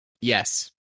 Yes